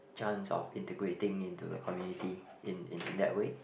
chance of integrating into the community in in in that way